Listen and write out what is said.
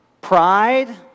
pride